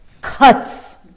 cuts